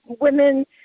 women